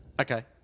Okay